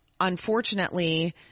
unfortunately